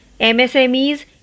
MSMEs